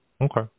Okay